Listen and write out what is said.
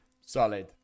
solid